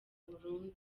burundu